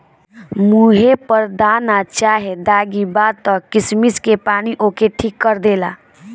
मुहे पर दाना चाहे दागी बा त किशमिश के पानी ओके ठीक कर देला